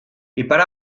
ipar